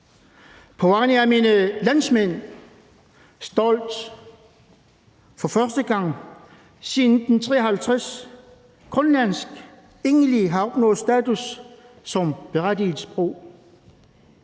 på vegne af mine landsmænd – stolt, fordi det er første gang siden 1953, at grønlandsk endelig har opnået status som berettiget sprog